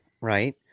right